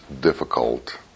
difficult